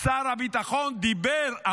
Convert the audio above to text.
שר הביטחון דיבר,